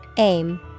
Aim